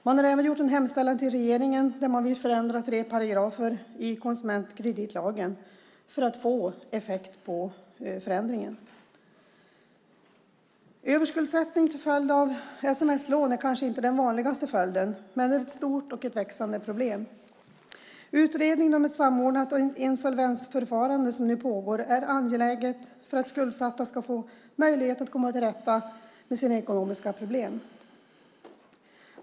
Man har även gjort en hemställan till regeringen där man vill förändra tre paragrafer i konsumentkreditlagen för att få effekt av förändringen. Överskuldsättning till följd av sms-lån är kanske inte den vanligaste följden, men det är ett stort och ett växande problem. Utredningen om ett samordnat insolvensförfarande, som nu pågår, är angelägen för att skuldsatta ska få möjlighet att komma till rätta med sina ekonomiska problem.